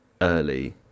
early